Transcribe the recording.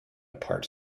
parts